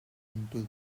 into